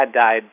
died